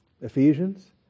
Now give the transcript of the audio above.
Ephesians